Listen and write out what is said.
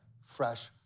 fresh